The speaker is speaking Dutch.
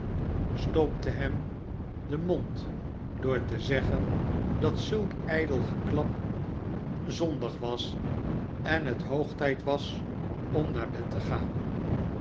stopte hem den mond door te zeggen dat zulk ijdel geklap zondig was en het hoog tijd was om naar bed te gaan